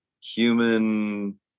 human